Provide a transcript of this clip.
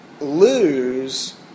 lose